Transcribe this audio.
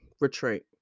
retreat